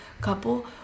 couple